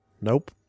nope